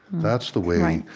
that's the way, right,